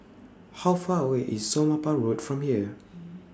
How Far away IS Somapah Road from here